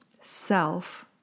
self